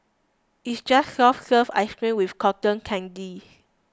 it's just soft serve ice cream with cotton candy